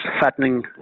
fattening